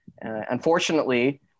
Unfortunately